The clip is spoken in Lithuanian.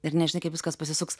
ir nežinai kaip viskas pasisuks